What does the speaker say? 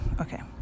Okay